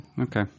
Okay